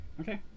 Okay